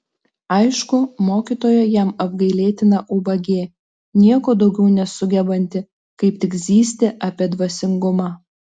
aišku mokytoja jam apgailėtina ubagė nieko daugiau nesugebanti kaip tik zyzti apie dvasingumą